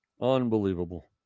Unbelievable